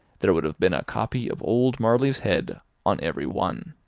there would have been a copy of old marley's head on every one.